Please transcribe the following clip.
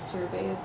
Survey